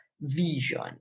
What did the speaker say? vision